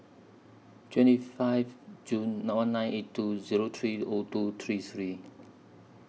twenty five June one nine eight two Zero three O two three three